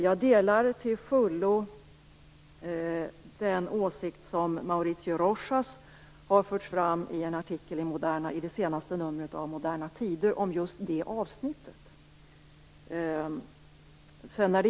Jag delar till fullo den åsikt som Mauricio Rojas har fört fram i en artikel i det senaste numret av Moderna Tider om just det avsnittet.